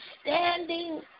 standing